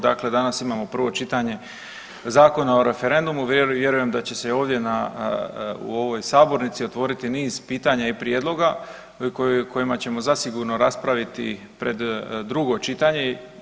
Dakle, danas imamo prvo čitanje Zakona o referendumu vjerujem da će se i ovdje na, u ovoj sabornici otvoriti niz pitanja i prijedloga kojima ćemo zasigurno raspraviti pred drugo čitanje.